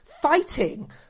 fighting